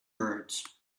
birds